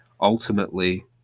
ultimately